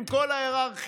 עם כל ההיררכיה.